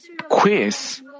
quiz